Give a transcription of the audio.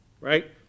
Right